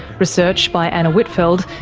research by anna whitfeld,